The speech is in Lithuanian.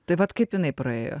taip vat kaip jinai praėjo